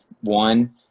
One